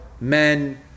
men